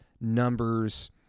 numbers